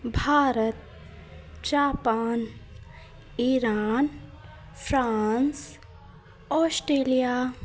Bharat Japan Iran France Australia